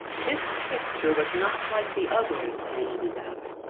this picture was not like the others hanging about.